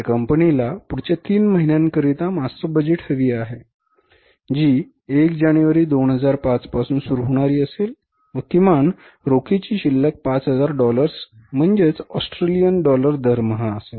या कंपनीला पुढच्या तीन महिन्यांकरिता मास्टर बजेट हवी आहे जी 1 जानेवारी 2005 पासून सुरू होणारी असेल व किमान रोखीची शिल्लक 5000 डॉलर्स म्हणजेच ऑस्ट्रेलियन डॉलर दरमहा असेल